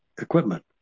equipment